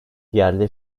yerli